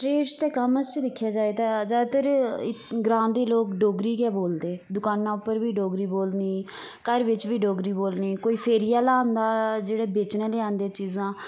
दे कम्म आस्सेआ दिक्खेआ जाए तां ज्यादातर ग्रां दे लोक डोगरी गै बोलदे दकानां उप्पर बी डोगरी बोलनी घर बिच्च बी डोगरी बोलनी कोई फेरी आह्ला आंदा जेड़े बेचने आंदे चीजां